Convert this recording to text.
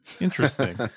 Interesting